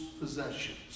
possessions